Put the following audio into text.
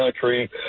country